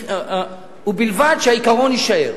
ובלבד שהעיקרון יישאר,